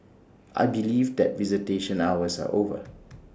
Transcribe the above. I believe that visitation hours are over